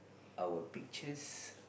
our pictures